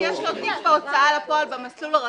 אם יש לו תיק בהוצאה לפועל במסלול הרגיל,